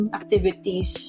activities